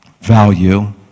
value